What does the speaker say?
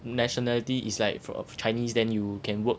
nationality is like for chinese then you can work